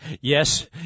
Yes